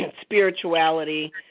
spirituality